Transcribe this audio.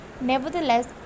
Nevertheless